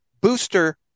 booster